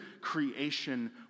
creation